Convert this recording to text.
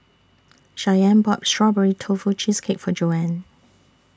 Shyanne bought Strawberry Tofu Cheesecake For Joanne